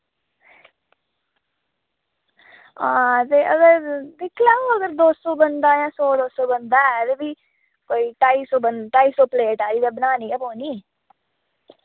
हां ते अगर दिक्ख लाओ अगर दो सौ बंदा यां सौ दो सौ बंदा ऐ ते फ्ही कोई ढाई सौ बं ढाई सौ प्लेट हारी ते बनानी गै पौनी